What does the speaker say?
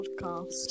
podcast